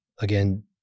Again